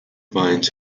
vines